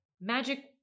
magic